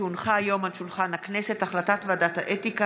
כי הונחה היום על שולחן הכנסת החלטת ועדת האתיקה